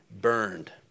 burned